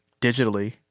digitally